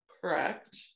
correct